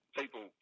people